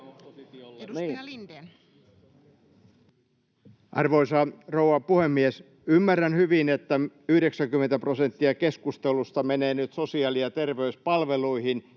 Arvoisa rouva puhemies! Ymmärrän hyvin, että 90 prosenttia keskustelusta menee nyt sosiaali- ja terveyspalveluihin,